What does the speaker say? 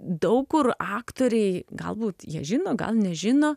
daug kur aktoriai galbūt jie žino gal nežino